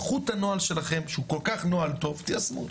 קחו את הנוהל שלכם שהוא כל כך נוהל טוב ותיישמו.